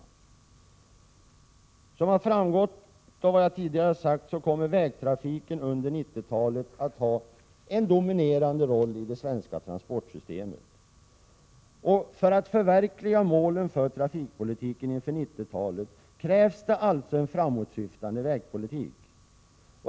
Såsom har framgått av vad jag tidigare har sagt kommer vägtrafiken på 1990-talet att ha en dominerande roll i det svenska transportsystemet. För att vi skall kunna förverkliga målen för trafikpolitiken inför 1990-talet krävs alltså en framåtsyftande vägpolitik.